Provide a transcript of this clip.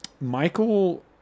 Michael